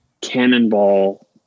cannonball